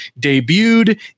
debuted